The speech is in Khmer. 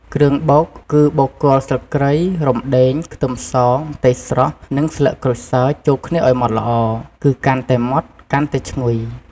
គ្រឿងបុក គឺបុកគល់ស្លឹកគ្រៃ រំដេង ខ្ទឹមស ម្ទេសស្រស់ និងស្លឹកក្រូចសើច ចូលគ្នាឱ្យម៉ដ្ឋល្អ គឺកាន់តែម៉ដ្ឋ កាន់តែឈ្ងុយ។